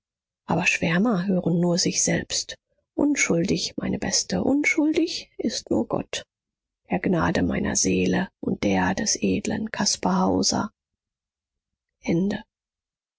aber schwärmer hören nur sich selbst unschuldig meine beste unschuldig ist nur gott er gnade meiner seele und der des edeln